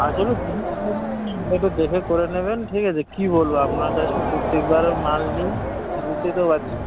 আসলে একটু দেখে করে নেবেন ঠিক আছে কি বলবো আপনার কাছে প্রত্যেকবার মাল নিই বুঝতেই তো পারছেন